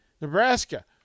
Nebraska